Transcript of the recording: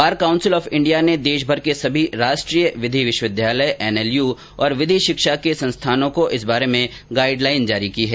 bar council of India ने देश के सभी राष्ट्रीय विधि विश्वविद्यालय एनएलयू और विधि शिक्षा के संस्थानों को इस बारे में गाईड लाईन जारी की है